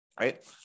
right